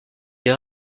des